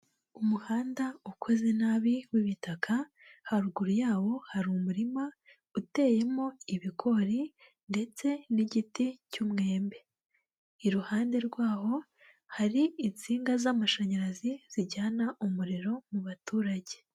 Umuhanda ukoze nabi w'ibitaka, haruguru yawo hari umurima uteyemo ibigori ndetse n'igiti cy'umwembe. Iruhande rwaho hari insinga z'amashanyarazi zijyana umuriro mu baturage.